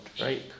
right